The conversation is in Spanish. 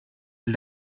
del